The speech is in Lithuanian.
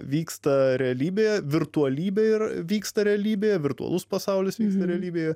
vyksta realybėje virtualybėje vyksta realybėje virtualus pasaulis realybėje